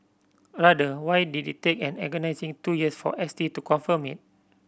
rather why did it take an agonising two years for S T to confirm it